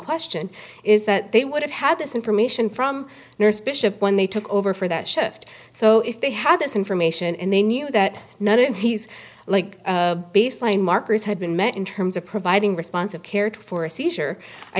question is that they would have had this information from bishop when they took over for that shift so if they had this information and they knew that not it he's like a baseline markers had been met in terms of providing responsive cared for a seizure i